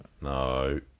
No